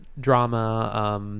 drama